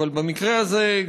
אבל במקרה הזה,